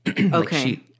Okay